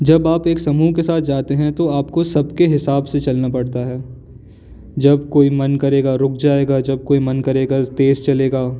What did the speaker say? जब आप एक समूह के साथ जाते हैं तो आपको सब के हिसाब से चलना पड़ता है जब कोई मन करेगा रुक जाएगा जब कोई मन करेगा तेज़ चलेगा